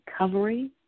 recovery